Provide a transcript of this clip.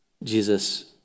Jesus